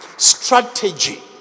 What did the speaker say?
Strategy